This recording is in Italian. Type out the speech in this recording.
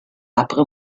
apre